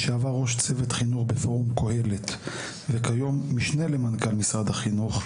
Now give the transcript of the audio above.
לשעבר ראש צוות חינוך בפורום קהלת וכיום משנה למנכ"ל משרד החינוך,